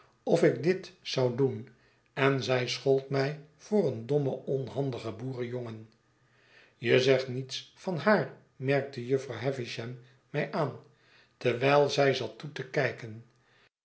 of ik dit zou doen en zij schold mij voor een dommen onhandigen boerenjongen je zegt niets van haar merkte jufvrouw havisham tegen mij aan terwijl zij zat toe te kijken